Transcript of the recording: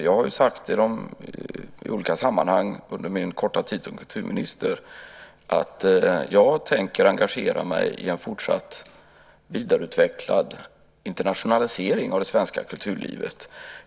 Jag har i olika sammanhang under min korta tid som kulturminister sagt att jag tänker engagera mig i en fortsatt vidareutvecklad internationalisering av det svenska kulturlivet.